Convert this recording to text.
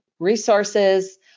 resources